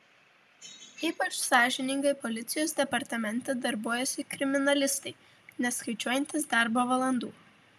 ypač sąžiningai policijos departamente darbuojasi kriminalistai neskaičiuojantys darbo valandų